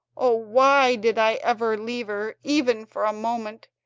oh, why did i ever leave her, even for a moment?